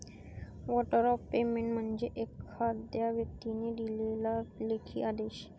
warrant of payment म्हणजे एखाद्या व्यक्तीने दिलेला लेखी आदेश